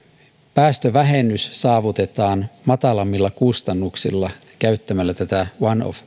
päästövähennys saavutetaan matalammilla kustannuksilla käyttämällä tätä one off